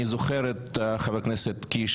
אני זוכר את חבר הכנסת קיש,